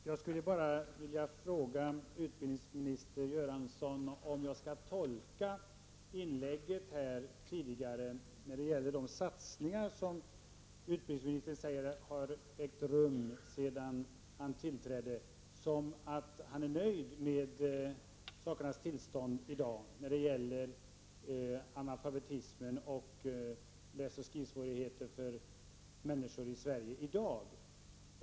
Fru talman! Skall jag tolka utbildningsminister Göranssons tidigare inlägg när det gäller de satsningar som utbildningsministern säger har ägt rum sedan han tillträdde, som att han är nöjd med sakernas tillstånd i dag när det gäller analfabetism och läsoch skrivsvårigheter bland människor i Sverige i dag?